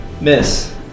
Miss